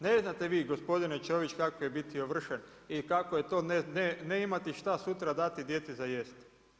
Ne znate vi gospodine Čović, kako je biti ovršen i kako je to ne imati šta sutra dati djeci za jesti.